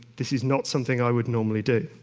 this is not something i would normally do.